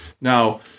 Now